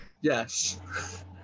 Yes